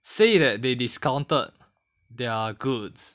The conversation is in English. say that they discounted their goods